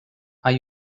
are